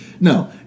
No